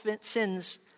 sins